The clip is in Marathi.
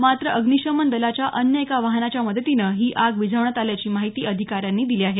मात्र अग्नीशमन दलाच्या अन्य एक वाहनाच्या मदतीनं ही आग विझवण्यात आल्याची माहिती अधिकाऱ्यांनी दिली आहे